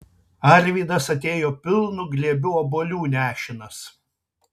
arvydas atėjo pilnu glėbiu obuolių nešinas